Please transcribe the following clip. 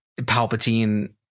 Palpatine